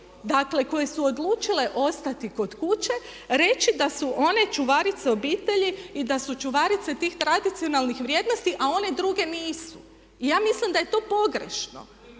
dakle koje su odlučile ostati kod kuće reći da su one čuvarice obitelji i da su čuvarice tih tradicionalnih vrijednosti, a one druge nisu. Ja mislim da je to pogrešno.